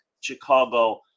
Chicago